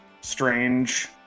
strange